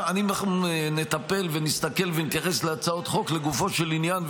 אנחנו נטפל ונסתכל ונתייחס להצעות חוק לגופו של עניין,